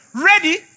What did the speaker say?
Ready